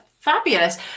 Fabulous